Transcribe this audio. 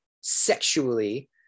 sexually